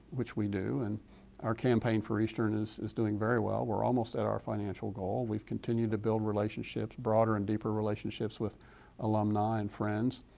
which we do, and campaign for eastern is is doing very well, we're almost at our financial goal, we've continued to build relationships broader and deeper relationships with alumni and friends,